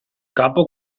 capo